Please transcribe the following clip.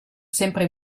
sempre